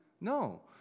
No